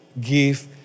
give